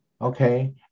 Okay